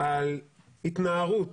על התנערות